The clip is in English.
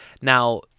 Now